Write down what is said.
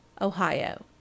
Ohio